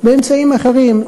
באמצעים אחרים.